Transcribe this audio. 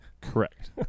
Correct